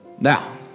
Now